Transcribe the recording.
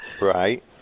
Right